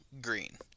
green